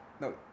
no